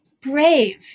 brave